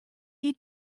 eat